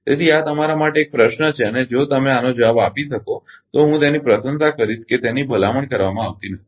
તેથી આ તમારા માટે એક પ્રશ્ન છે અને જો તમે આનો જવાબ આપી શકો તો હું તેની પ્રશંસા કરીશ કે તેની ભલામણ કરવામાં આવતી નથી